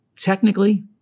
technically